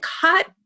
cut